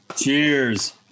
Cheers